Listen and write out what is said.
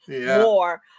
more